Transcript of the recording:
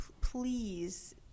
please